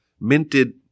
minted